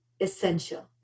essential